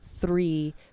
three